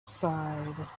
side